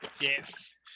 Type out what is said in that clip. Yes